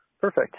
Perfect